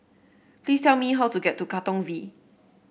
please tell me how to get to Katong V